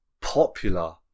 popular